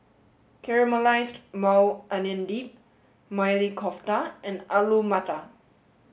Caramelized Maui Onion Dip Maili Kofta and Alu Matar